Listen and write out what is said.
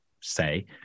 say